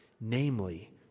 namely